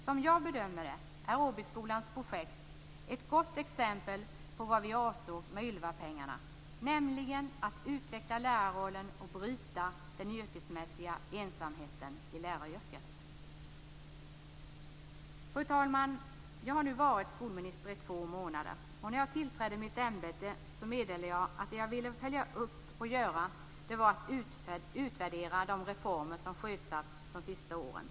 Som jag bedömer det är Åbyskolans projekt ett gott exempel på vad vi avsåg med Ylvapengarna, nämligen att utveckla lärarrollen och bryta den yrkesmässiga ensamheten i läraryrket. Fru talman! Jag har nu varit skolminister i två månader. När jag tillträdde mitt ämbete meddelade jag att det jag ville göra var att följa upp och utvärdera de reformer som sjösatts de sista åren.